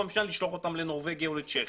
פעם שנייה לשלוח אותם לנורבגיה או צ'כיה,